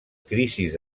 crisis